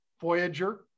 Voyager